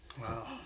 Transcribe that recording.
Wow